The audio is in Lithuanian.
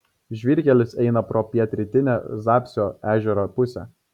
žvyrkelis eina pro pietrytinę zapsio ežero pusę